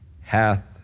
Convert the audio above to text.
hath